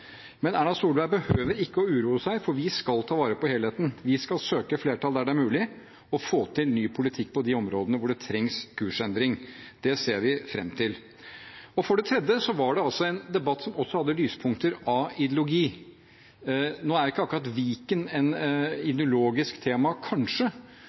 Men Erna Solberg behøver ikke å uroe seg, for vi skal ta vare på helheten. Vi skal søke flertall der det er mulig og få til ny politikk på de områdene hvor det trengs kursendring. Det ser vi fram til. For det tredje har det vært en debatt som også hadde lyspunkter av ideologi. Nå er ikke akkurat Viken et ideologisk tema, kanskje,